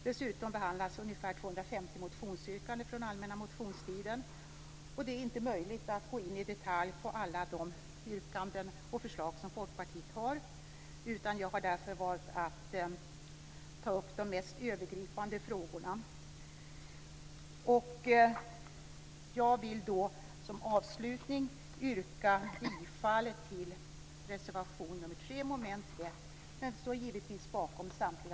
Dessutom behandlas ungefär 250 motionsyrkanden från allmänna motionstiden. Det är inte möjligt att gå in i detalj på alla Folkpartiets yrkanden och förslag, så jag har därför valt att ta upp de mest övergripande frågorna. Jag vill avslutningsvis yrka bifall till reservation nr 3 under mom. 1 men står givetvis bakom samtliga